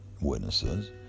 witnesses